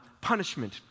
punishment